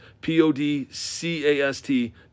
P-O-D-C-A-S-T